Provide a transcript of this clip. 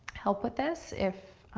help with this if